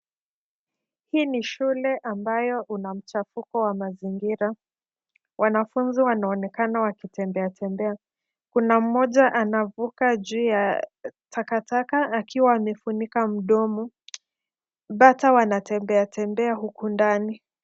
Hii ni shule ambayo una mchafuko wa mazingira. Wanafunzi wanaonekana wakitembea tembea. Kuna mmoja anavuka juu ya takataka akiwa amefunika mdomo. Bata wanatembea tembea huku ndani.